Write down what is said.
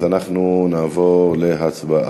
אז אנחנו נעבור להצבעה.